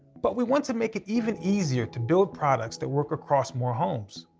but we want to make it even easier to build products that work across more homes.